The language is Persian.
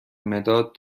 مداد